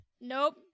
Nope